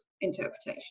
interpretation